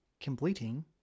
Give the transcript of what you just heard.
Completing